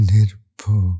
Nirpo